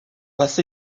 passe